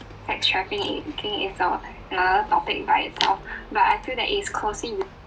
sex trafficking it's a another topic by itself but I feel that it's closely re~